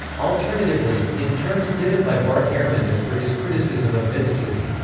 alternatively, in terms given by bart ehrman as per his criticism of mythicism,